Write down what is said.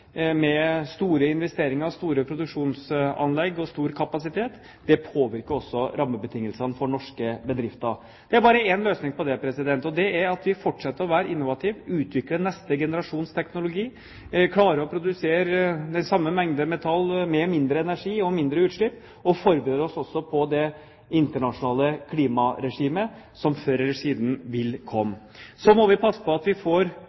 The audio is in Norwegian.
med store investeringer, store produksjonsanlegg og stor kapasitet. Det påvirker også rammebetingelsene for norske bedrifter. Det er bare én løsning på det, og det er at vi fortsetter å være innovative og utvikler neste generasjons teknologi, at vi klarer å produsere den samme mengden metall med mindre energi og mindre utslipp, og at vi også forbereder oss på det internasjonale klimaregimet som før eller siden vil komme. Så må vi passe på at vi får